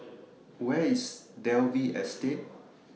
Where IS Dalvey Estate